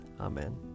Amen